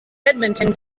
edmonton